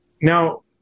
now